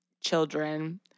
children